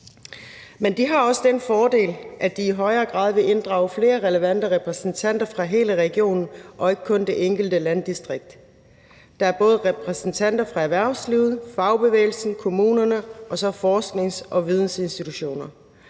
De har også den fordel, at de i højere grad vil inddrage flere relevante repræsentanter fra hele regionen og ikke kun det enkelte landdistrikt. Der er både repræsentanter for erhvervslivet, fagbevægelsen, kommunerne og så forsknings- og vidensinstitutioner,